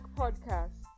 podcast